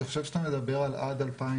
אני חושב שאתה מדבר על הערכות שלהם עד 2060,